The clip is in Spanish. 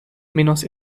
menos